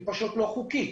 היא פשוט לא חוקית.